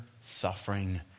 suffering